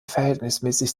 verhältnismäßig